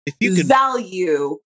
value